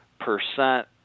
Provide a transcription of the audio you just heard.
percent